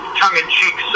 tongue-in-cheek